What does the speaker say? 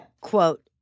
Quote